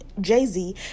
jay-z